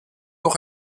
noch